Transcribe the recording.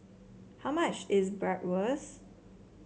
how much is Bratwurst